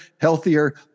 healthier